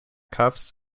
cuffs